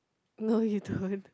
no you don't